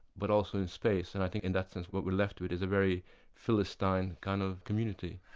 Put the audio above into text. but also in space. and i think in that sense, what we're left with is a very philistine kind of community.